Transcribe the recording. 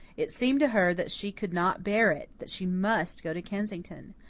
it seemed to her that she could not bear it, that she must go to kensington.